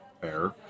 Fair